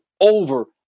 over